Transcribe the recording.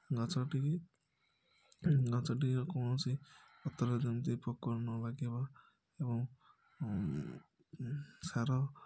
ଗଛଟିକି ଗଛଟିକି କୌଣସି ପତ୍ର ଯେମିତିକି ପୋକ ନ ଲାଗିବ ଏବଂ ସାର